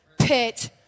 pit